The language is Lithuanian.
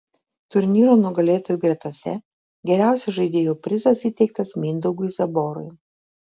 turnyro nugalėtojų gretose geriausio žaidėjo prizas įteiktas mindaugui zaborui